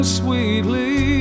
sweetly